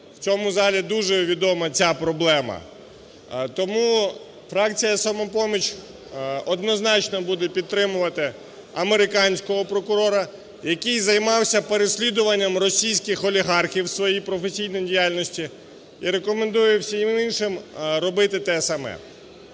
В цьому залі дуже відома ця проблема. Тому фракція "Самопоміч" однозначно буде підтримувати американського прокурора, який займався переслідуванням російських олігархів в своїй професійній діяльності і рекомендує всім іншим робити те саме.